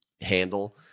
handle